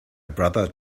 brother